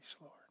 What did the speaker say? Lord